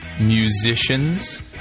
musicians